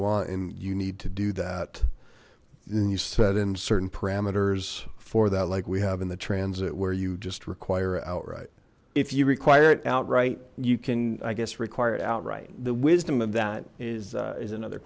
want and you need to do that then you said in certain parameters for that like we have in the transit where you just require it outright if you require it outright you can i guess require it outright the wisdom of that is is another